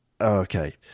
Okay